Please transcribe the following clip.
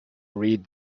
read